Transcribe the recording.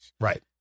right